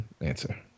answer